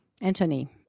anthony